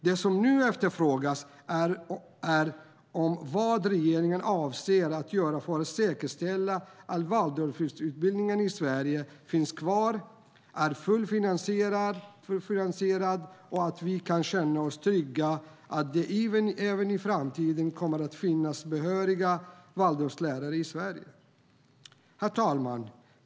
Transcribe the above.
Det som nu efterfrågas är vad regeringen avser att göra för att säkerställa att Waldorflärarutbildningen i Sverige finns kvar, är fullt finansierad och att vi kan känna oss trygga med att det även i framtiden kommer att finnas behöriga Waldorflärare i Sverige. Herr talman!